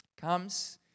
comes